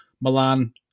Milan